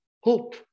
hope